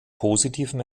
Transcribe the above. positiven